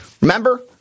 Remember